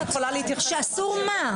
שאסור מה?